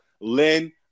Lynn